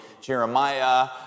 Jeremiah